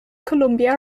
columbia